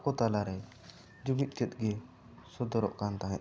ᱟᱠᱚ ᱛᱟᱞᱟ ᱨᱮ ᱡᱩᱢᱤᱫ ᱛᱮᱫ ᱜᱮ ᱥᱚᱫᱚᱨᱚᱜ ᱠᱟᱱ ᱛᱟᱦᱮᱸᱜ